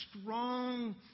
strong